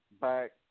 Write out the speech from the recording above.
back